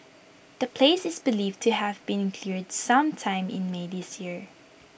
the place is believed to have been cleared some time in may this year